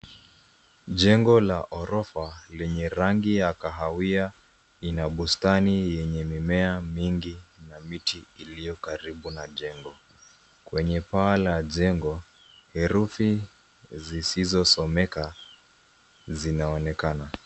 Jengo la orofa lenye rangi ya kahawia ina bustani yenye mimea mingi na miti iliyo karibu na jengo. Kwenye paa la jengo herufi zisizosomeka zinaonekana.